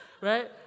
Right